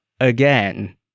Again